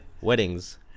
Weddings